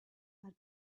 but